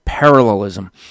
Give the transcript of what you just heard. parallelism